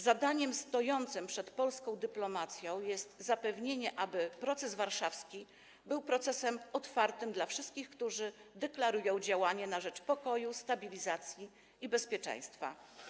Zadaniem stojącym przed polską dyplomacją jest zapewnienie, aby proces warszawski był procesem otwartym dla wszystkich, którzy deklarują działanie na rzecz pokoju, stabilizacji i bezpieczeństwa.